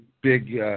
big